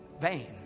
vain